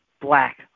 black